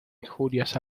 injurias